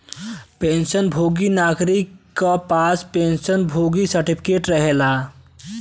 pension भोगी नागरिक क पास पेंशन भोगी सर्टिफिकेट रहेला